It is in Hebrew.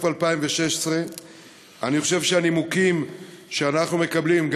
2016. אני חושב שהנימוקים שאנחנו מקבלים,